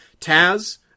Taz